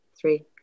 three